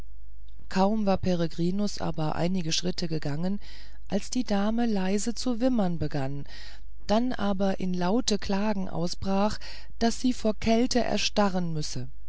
kaum war peregrinus aber einige schritte gegangen als die dame leise zu wimmern begann dann aber in laute klagen ausbrach daß sie vor kälte erstarren müsse